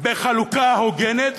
בחלוקה הוגנת,